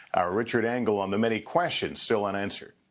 our richard engel on the many questions still unanswered.